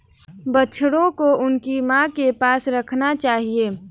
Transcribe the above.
बछड़ों को उनकी मां के पास रखना चाहिए